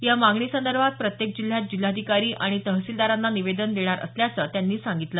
या मागणी संदर्भात प्रत्येक जिल्ह्यात जिल्हाधिकारी आणि तहसीलदारांना निवेदन देणार असल्याचं त्यांनी सांगितलं